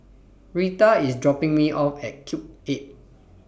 Reta IS dropping Me off At Cube eight